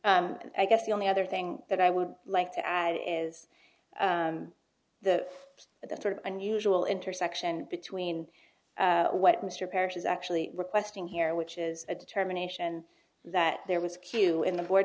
not i guess the only other thing that i would like to add is the but the sort of unusual intersection between what mr parrish is actually requesting here which is a determination that there was q in the board